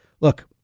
look